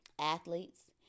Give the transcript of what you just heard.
athletes